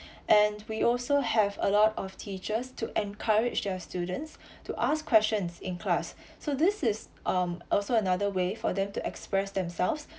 and we also have a lot of teachers to encourage the students to ask questions in class so this is um also another way for them to express themselves